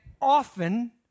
often